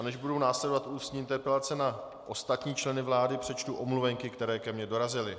Než budou následovat ústní interpelace na ostatní členy vlády, přečtu omluvenky, které ke mně dorazily.